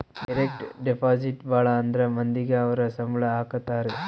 direct deposit ಭಾಳ ಅಂದ್ರ ಮಂದಿಗೆ ಅವ್ರ ಸಂಬ್ಳ ಹಾಕತರೆ